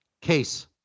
Case